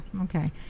Okay